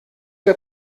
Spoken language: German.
der